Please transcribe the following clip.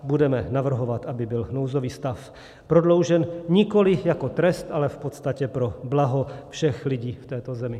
Budeme navrhovat, aby byl nouzový stav prodloužen nikoliv jako trest, ale v podstatě pro blaho všech lidí v této zemi.